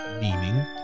meaning